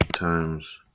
times